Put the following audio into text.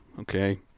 okay